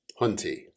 Hunty